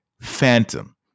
phantom